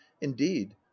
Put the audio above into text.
indeed